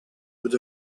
with